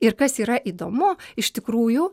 ir kas yra įdomu iš tikrųjų